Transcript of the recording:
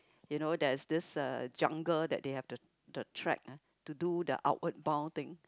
you know there's this uh jungle that they have the the track ah to do the outward bound thing